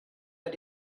but